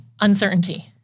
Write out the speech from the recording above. uncertainty